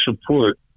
support